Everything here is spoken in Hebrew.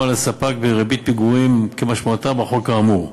לספק בריבית פיגורים כמשמעותה בחוק האמור.